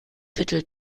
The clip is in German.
viertel